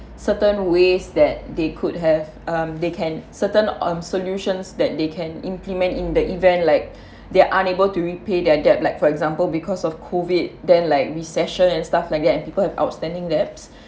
certain ways that they could have um they can certain on solutions that they can implement in the event like they are unable to repay their debt like for example because of COVID then like recession and stuff like that and people have outstanding debts